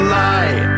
lie